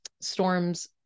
storms